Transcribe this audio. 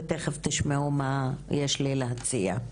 ותיכף תשמעו מה יש לי להציע.